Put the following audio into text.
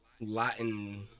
Latin